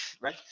right